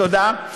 תודה.